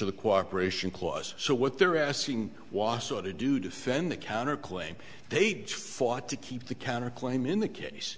of the cooperation clause so what they're asking wausau to do defend the counter claim they'd fought to keep the counterclaim in the case